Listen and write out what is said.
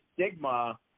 stigma